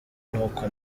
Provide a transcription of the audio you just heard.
n’uko